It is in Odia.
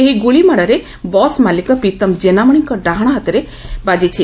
ଏହି ଗୁଳିମାଡ଼ରେ ବସ୍ ମାଲିକ ପ୍ରୀତମ ଜେନାମଶିଙ୍କ ଡାହାଶ ହାତରେ ଗୋଡ଼ ବାଜିଛି